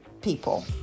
people